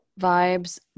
vibes